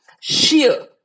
sheer